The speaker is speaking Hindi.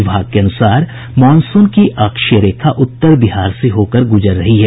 विभाग के अनुसार मॉनसून की अक्षीय रेखा उत्तर बिहार से होकर गुजर रही है